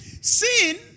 Sin